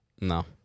No